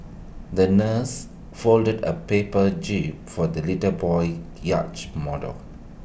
the nurse folded A paper jib for the little boy's yacht model